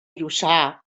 lluçà